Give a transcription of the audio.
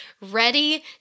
ready